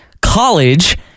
college